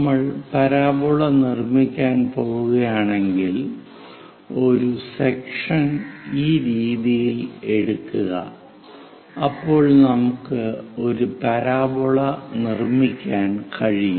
നമ്മൾ പരാബോള നിർമ്മിക്കാൻ പോകുകയാണെങ്കിൽ ഒരു സെക്ഷൻ ഈ രീതിയിൽ എടുക്കുക അപ്പോൾ നമുക്ക് ഒരു പരാബോള നിർമ്മിക്കാൻ കഴിയും